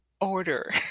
order